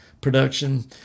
production